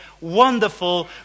wonderful